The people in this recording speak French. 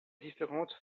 différentes